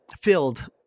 filled